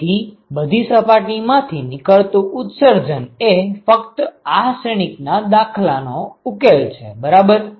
તેથી બધી સપાટી માંથી નીકળતું ઉત્સર્જન એ ફક્ત આ શ્રેણિક ના દાખલા નો ઉકેલ છે બરાબર